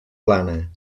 blana